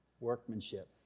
workmanship